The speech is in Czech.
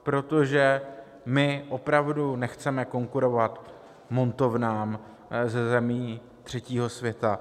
Protože my opravdu nechceme konkurovat montovnám ze zemí třetího světa.